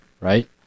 right